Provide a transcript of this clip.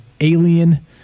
alien